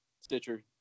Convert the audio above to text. Stitcher